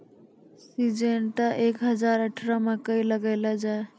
Syngenta एक हजार अठारह मकई लगैलो जाय?